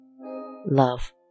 love